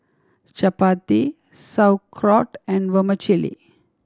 Chapati Sauerkraut and Vermicelli